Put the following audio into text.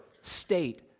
state